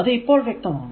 അത് ഇപ്പോൾ വ്യക്തമാണ്